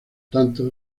tanto